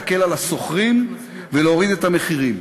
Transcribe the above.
להקל על השוכרים ולהוריד את המחירים.